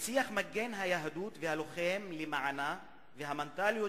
שיח מגן היהדות והלוחם למענה והמנטליות